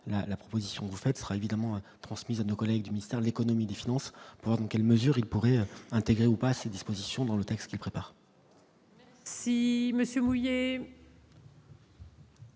la proposition vous faites sera évidemment transmise à nos collègues du ministère de l'Économie, des Finances, quelles mesures il pourrait intégrer ou pas, ces dispositions dans le texte prépare. Si Monsieur Bouillet.